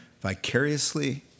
vicariously